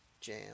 jam